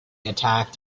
attacked